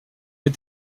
est